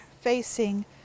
facing